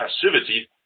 passivity